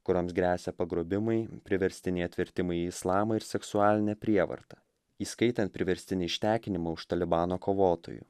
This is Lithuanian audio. kurioms gresia pagrobimai priverstiniai atvertimai į islamą ir seksualinę prievartą įskaitant priverstinį ištekinimą už talibano kovotojų